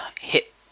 hit